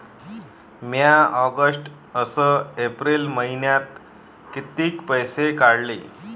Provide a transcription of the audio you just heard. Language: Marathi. म्या ऑगस्ट अस एप्रिल मइन्यात कितीक पैसे काढले?